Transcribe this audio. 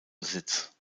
besitz